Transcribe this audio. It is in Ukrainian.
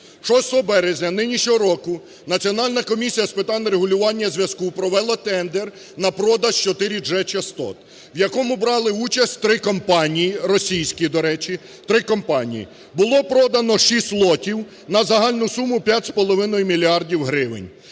6 березня нинішнього року Національна комісія з питань регулювання зв'язку провела тендер на продаж 4G частот, в якому брали участь три компанії російські, до речі, три компанії, було продано шість лотів на загальну суму 5,5 мільярдів